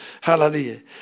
Hallelujah